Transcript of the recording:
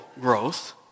growth